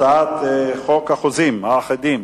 הצעת חוק החוזים האחידים